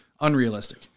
unrealistic